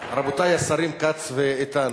רבותי השרים כץ ואיתן,